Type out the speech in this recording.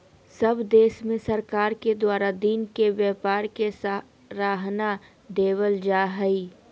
सब देश में सरकार के द्वारा दिन के व्यापार के सराहना देवल जा हइ